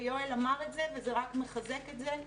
ויואל אמר את זה וזה רק מחזק את זה.